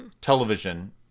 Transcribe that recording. television